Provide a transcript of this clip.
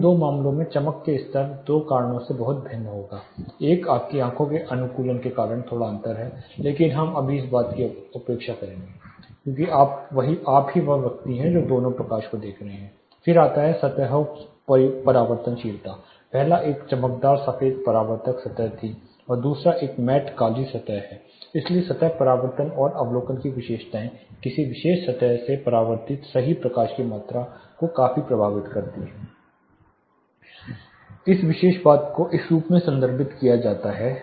इन दो मामलों में चमक का स्तर दो कारणों से बहुत भिन्न होगा एक आपकी आंख के अनुकूलन के कारण थोड़ा अंतर है लेकिन हम इस बात की उपेक्षा करेंगे कि क्योंकि आप ही वही व्यक्ति हैं जो प्रकाश के स्तर को देखते हैं फिर आता है सतहों की परावर्तनशीलता पहली एक चमकदार सफेद परावर्तक सतह थी और दूसरी एक मैट काली सतह है इसलिए सतह परावर्तन और अवलोकन की विशेषताएं किसी विशेष सतह से परावर्तित सही प्रकाश की मात्रा को काफी प्रभावित करती हैं इस विशेष बात को इस रूप में संदर्भित किया जाता है